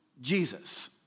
Jesus